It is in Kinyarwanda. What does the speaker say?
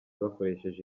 bakoresheje